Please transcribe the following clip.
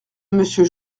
monsieur